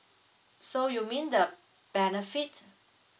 so you mean the benefits